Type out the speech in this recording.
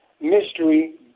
Mystery